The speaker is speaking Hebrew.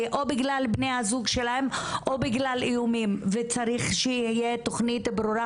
בגלל בני הזוג שלהם או בגלל איומים וצריך שיהיה תוכנית ברורה